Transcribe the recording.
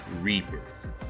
Reapers